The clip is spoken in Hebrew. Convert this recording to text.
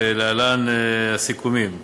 ולהלן הסיכומים.